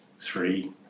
three